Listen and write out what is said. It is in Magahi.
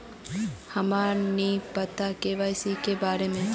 हमरा नहीं पता के.वाई.सी के बारे में?